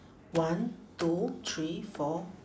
one two three four